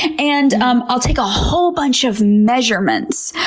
and um i'll take a whole bunch of measurements.